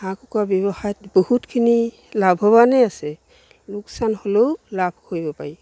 হাঁহ কুকুৰা ব্যৱসায়ত বহুতখিনি লাভৱানেই আছে লোকচান হ'লেও লাভ কৰিব পাৰি